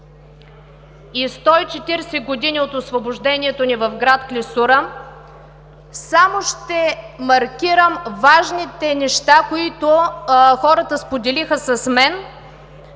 и 140 години от Освобождението ни в град Клисура, само ще маркирам важните неща, които хората споделиха с мен.